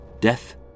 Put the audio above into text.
death